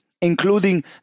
including